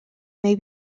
may